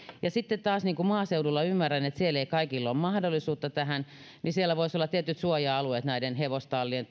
sitten taas maaseudulla ymmärrän että siellä ei kaikilla ole mahdollisuutta tähän niin siellä voisi olla tietyt suoja alueet näiden hevostallien